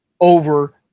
over